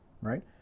right